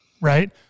Right